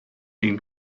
den